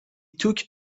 took